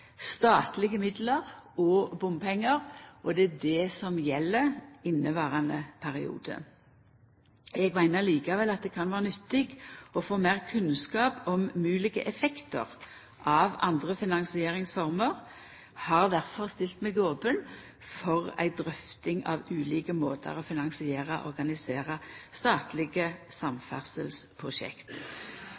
statlege midlar og bompengar – og det er det som gjeld i inneverande periode. Eg meiner likevel at det kan vera nyttig å få meir kunnskap om moglege effektar av andre finansieringsformer. Eg har difor stilt meg open for ei drøfting av ulike måtar å finansiera og organisera statlege samferdselsprosjekt